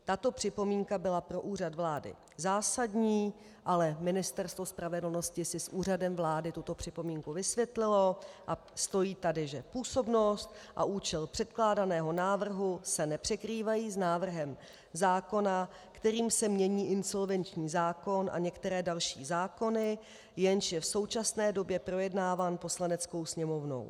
Tato připomínka byla pro Úřad vlády zásadní, ale Ministerstvo spravedlnosti si s Úřadem vlády tuto připomínku vysvětlilo a stojí tady, že působnost a účel předkládaného návrhu se nepřekrývají s návrhem zákona, kterým se mění insolvenční zákon a některé další zákony, jenž je v současné době projednáván Poslaneckou sněmovnou.